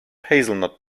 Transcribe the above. hazelnut